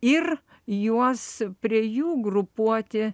ir juos prie jų grupuoti